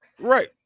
Right